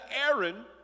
Aaron